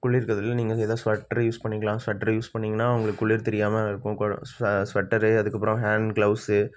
குளிர் காலத்தில் நீங்கள் ஏதாவது ஸ்வெட்ரு யூஸ் பண்ணிக்கலாம் ஸ்வெட்ரு யூஸ் பண்ணீங்கன்னால் உங்களுக்கு குளிர் தெரியாமல் இருக்கும் கோ ஸ் ஸ்வெட்டரு அதுக்கப்புறம் ஹேண்ட் க்ளவுஸு